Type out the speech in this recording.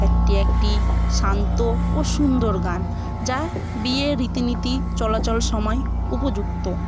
একটি একটি শান্ত ও সুন্দর গান যা বিয়ের রীতি নীতি চলাচল সময় উপযুক্ত